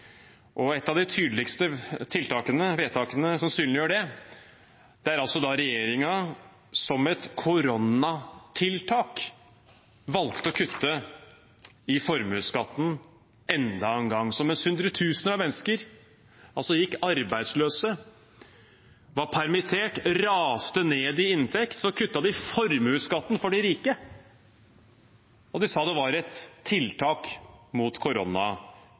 Et av de tydeligste vedtakene som synliggjør det, er da regjeringen som et koronatiltak valgte å kutte i formuesskatten enda en gang. Mens hundretusener av mennesker gikk arbeidsløse, var permittert, raste ned i inntekt, kuttet de formuesskatten for de rike, og de sa det var et tiltak mot